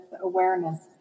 awareness